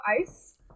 ice